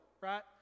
right